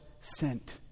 sent